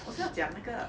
我是要讲那个